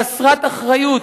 חסרת אחריות.